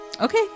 Okay